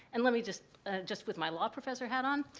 and let me just just with my law professor hat on,